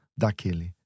Daquele